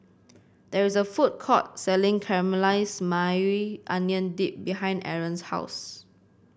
there is a food court selling Caramelize Maui Onion Dip behind Arron's house